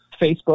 Facebook